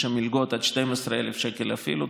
יש שם מלגות עד 12,000 שקל אפילו,